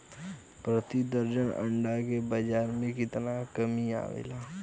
प्रति दर्जन अंडा के बाजार मे कितना कीमत आवेला?